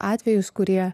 atvejus kurie